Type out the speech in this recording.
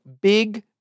big